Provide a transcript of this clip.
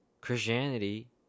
Christianity